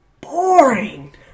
boring